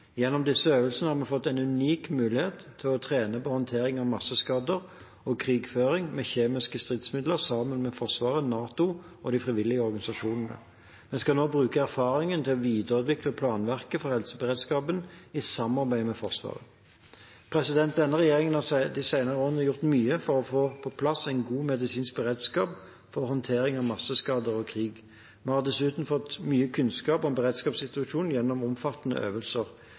Gjennom disse øvelsene har vi hatt en unik mulighet til å trene på håndtering av masseskader og krigføring med kjemiske stridsmidler sammen med Forsvaret, NATO og de frivillige organisasjonene. Vi skal nå bruke erfaringene til å videreutvikle planverk for helseberedskapen i samarbeid med Forsvaret. Denne regjeringen har de senere årene gjort mye for å få på plass en god medisinsk beredskap for håndtering av masseskader og krig. Vi har dessuten fått mye kunnskap om beredskapssituasjonen gjennom omfattende øvelser.